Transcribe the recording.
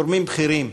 גורמים בכירים,